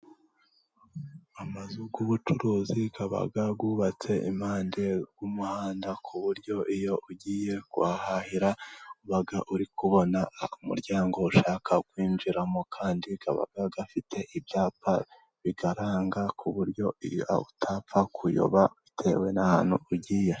Amazu y'ubucuruzi aba yubatse impande y'umuhanda, ku buryo iyo ugiye kuhahahira uba uri kubona umuryango ushaka kwinjiramo, kandi aba afite ibyapa biyaranga ku buryo utapfa kuyoba bitewe n'ahantu ugiye.